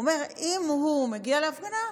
הוא אומר: אם הוא מגיע להפגנה,